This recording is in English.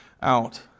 out